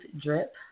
Drip